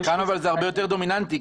כאן זה הרבה יותר דומיננטי.